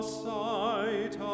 sight